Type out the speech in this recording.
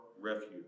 refuge